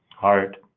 heart,